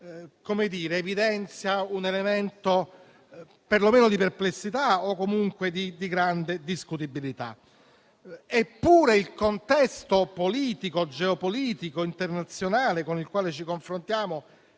di per sé evidenzia un elemento perlomeno di perplessità, o comunque di grande discutibilità. Eppure, il contesto geopolitico internazionale con il quale ci confrontiamo